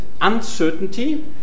uncertainty